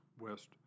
west